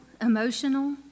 emotional